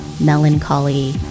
melancholy